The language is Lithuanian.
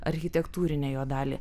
architektūrinę jo dalį